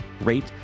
rate